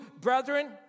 brethren